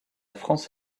france